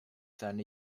seine